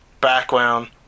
background